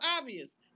obvious